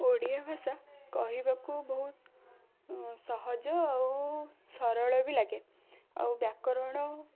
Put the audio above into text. ଓଡ଼ିଆ ଭାଷା କହିବାକୁ ବହୁତ ସହଜ ଆଉ ସରଳ ବି ଲାଗେ ଆଉ ବ୍ୟାକରଣ